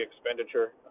expenditure